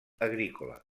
agrícola